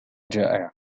جائع